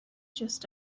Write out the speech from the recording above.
just